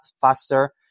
faster